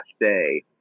day